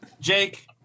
Jake